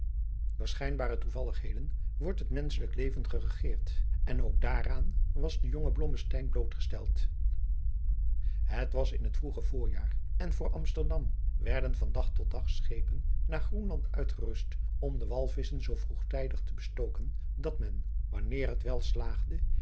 door schijnbare toevalligheden wordt het menschelijk leven geregeerd en ook daaraan was de jonge blommesteyn blootgesteld het was in het vroege voorjaar en voor amsterdam werden van dag tot dag schepen naar groenland uitgerust om de walvisschen zoo vroegtijdig te bestoken dat men wanneer het welslaagde